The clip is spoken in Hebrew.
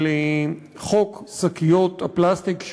של חוק שקיות הפלסטיק,